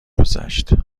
گذشت